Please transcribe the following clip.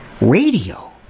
Radio